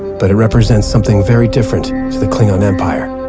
but it represents something very different to the klingon empire.